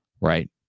right